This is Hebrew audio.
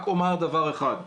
רק אומר דבר אחד,